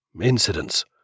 incidents